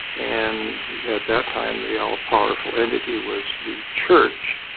and at that time the all-powerful entity was the church,